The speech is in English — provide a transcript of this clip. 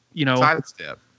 sidestep